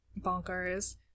bonkers